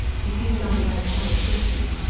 if he was on the right side of sixty,